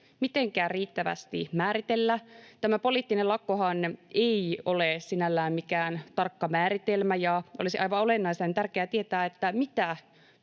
mitenkään riittävästi määritellä. Tämä poliittinen lakkohan ei ole sinällään mikään tarkka määritelmä, ja olisi aivan olennaisen tärkeää tietää, mitä